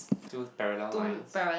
two parallel lines